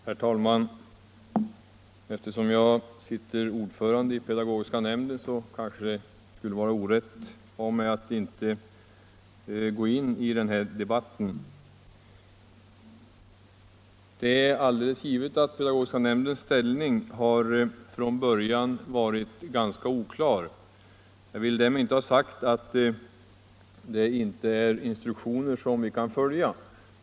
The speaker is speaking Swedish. Herr talman! Eftersom jag är ordförande i pedagogiska nämnden skulle det kanske vara orätt av mig att inte gå in i denna debatt. Det är alldeles givet att pedagogiska nämndens ställning från början varit ganska oklar. Jag vill därmed dock inte ha sagt att det inte är möjligt att följa de instruktioner som givits för dess arbete.